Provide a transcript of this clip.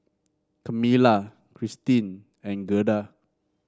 Kamilah Cristine and Gerda